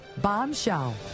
Bombshell